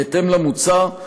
בהתאם למוצע,